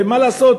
ומה לעשות,